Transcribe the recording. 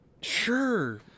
Sure